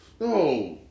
no